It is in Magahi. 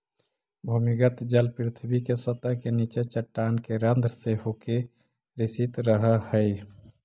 भूमिगत जल पृथ्वी के सतह के नीचे चट्टान के रन्ध्र से होके रिसित रहऽ हई